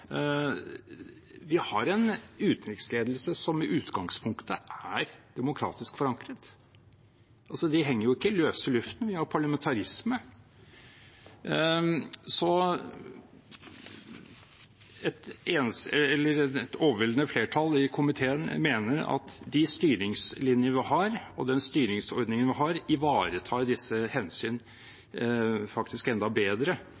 Vi har en utenriksledelse som i utgangspunktet er demokratisk forankret. Det henger jo ikke i løse luften. Vi har parlamentarisme. Et overveldende flertall i komiteen mener at de styringslinjer og den styringsordningen vi har, ivaretar disse hensyn, faktisk enda bedre